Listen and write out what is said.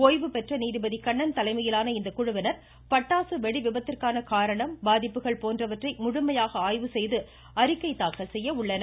ஓய்வு பெற்ற நீதிபதி கண்ணன் தலைமையிலான இக்குழுவினர் பட்டாசு வெடிவிபத்திற்கான காரணம் பாதிப்புகள் போன்றவற்றை முழுமையாக ஆய்வு செய்து அறிக்கை தாக்கல் செய்ய உள்ளனர்